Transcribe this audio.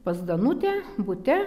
pas danutę bute